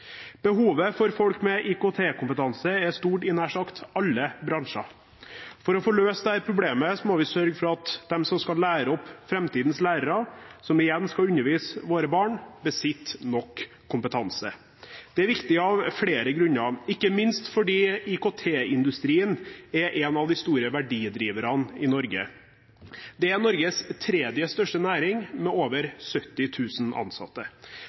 Behovet for folk med IKT-kompetanse er stort i nær sagt alle bransjer. For å få løst dette problemet må vi sørge for at de som skal lære opp framtidens lærere, som igjen skal undervise våre barn, besitter nok kompetanse. Det er viktig av flere grunner, ikke minst fordi IKT-industrien er en av de store verdidriverne i Norge. Det er Norges tredje største næring, med over 70 000 ansatte.